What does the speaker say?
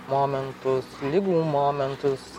momentus ligų momentus